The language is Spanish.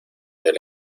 del